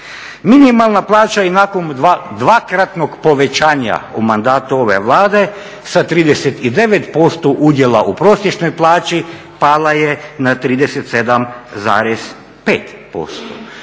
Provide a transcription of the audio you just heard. Minimalna plaća i nakon dvakratnog povećanja u mandatu ove Vlade sa 39% udjela u prosječnoj plaći pala je na 37,5%.